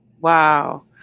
Wow